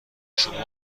شما